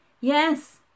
Yes